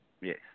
Yes